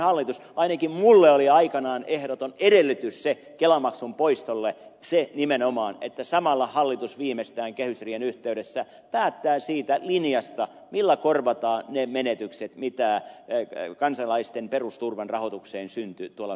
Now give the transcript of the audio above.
ainakin minulle se oli aikanaan ehdoton edellytys kelamaksun poistolle se nimenomaan että samalla hallitus viimeistään kehysriihen yhteydessä päättää siitä linjasta millä korvataan ne menetykset joita kansalaisten perusturvan rahoitukseen syntyy tuolla sanotulla päätöksellä